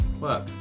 Work